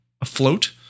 afloat